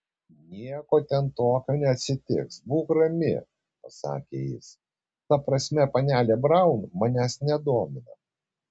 nieko ten tokio neatsitiks būk rami pasakė jis ta prasme panelė braun manęs nedomina